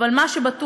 אבל מה שבטוח,